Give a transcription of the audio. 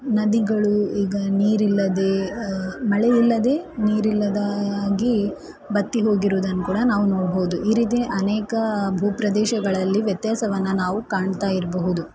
ನದಿಗಳು ಈಗ ನೀರಿಲ್ಲದೇ ಮಳೆ ಇಲ್ಲದೇ ನೀರಿಲ್ಲದಾಗಿ ಬತ್ತಿ ಹೋಗಿರುದನ್ನು ಕೂಡ ನಾವು ನೋಡಬಹುದು ಈ ರೀತಿ ಅನೇಕ ಭೂ ಪ್ರದೇಶಗಳಲ್ಲಿ ವ್ಯತ್ಯಾಸವನ್ನು ನಾವು ಕಾಣ್ತಾ ಇರಬಹುದು